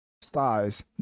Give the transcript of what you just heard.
size